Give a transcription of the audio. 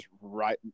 right